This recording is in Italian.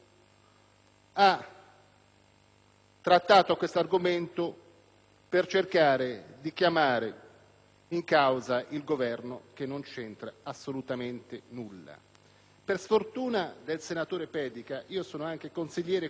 per sfortuna del senatore Pedica, io sono anche consigliere comunale di Firenze